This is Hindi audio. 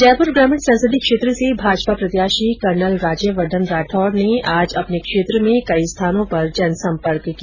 जयपुर ग्रामीण संसदीय क्षेत्र से भाजपा प्रत्याशी कर्नल राज्यवर्द्वन राठौड ने आज अपने क्षेत्र में कई स्थानों पर जनसंपर्क किया